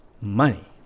money